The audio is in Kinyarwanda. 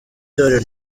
torero